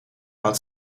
had